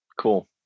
cool